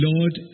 Lord